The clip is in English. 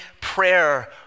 prayer